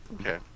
Okay